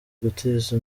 gutiza